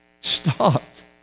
Stopped